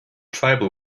tribal